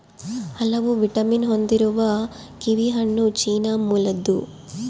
ಹಲವು ವಿಟಮಿನ್ ಹೊಂದಿರುವ ಕಿವಿಹಣ್ಣು ಚೀನಾ ಮೂಲದ್ದು